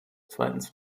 zweitens